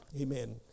Amen